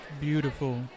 Beautiful